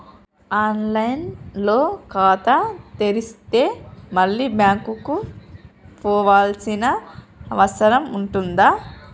On line లో ఖాతా తెరిస్తే మళ్ళీ బ్యాంకుకు పోవాల్సిన అవసరం ఉంటుందా?